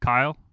Kyle